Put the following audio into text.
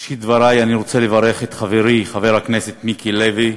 בראשית דברי אני רוצה לברך את חברי חבר הכנסת מיקי לוי,